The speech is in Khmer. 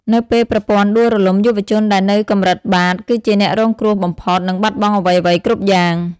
នៅពេលប្រព័ន្ធដួលរលំ យុវជនដែលនៅកម្រិតបាត គឺជាអ្នករងគ្រោះបំផុត និងបាត់បង់អ្វីៗគ្រប់យ៉ាង។